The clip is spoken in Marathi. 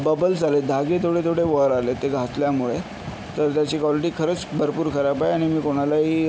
बबल्स आलेत धागे थोडे थोडे वर आले ते घासल्यामुळे तर त्याची कॉलिटी खरंच भरपूर खराब आहे आणि मी कोणालाही